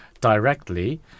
directly